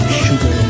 sugar